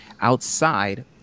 outside